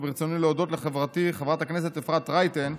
וברצוני להודות לחברתי חברת הכנסת אפרת רייטן,